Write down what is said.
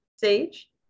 Sage